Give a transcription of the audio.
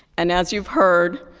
and as you've heard,